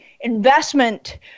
investment